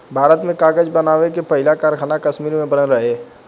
भारत में कागज़ बनावे के पहिला कारखाना कश्मीर में बनल रहे